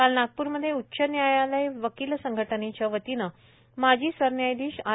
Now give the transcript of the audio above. काल नागपूरमधे उच्च न्यायालय वकील संघटनेच्या वतीनं माजी सरन्यायाधीश आर